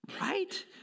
Right